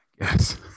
Yes